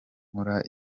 nkora